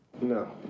No